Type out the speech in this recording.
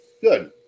Good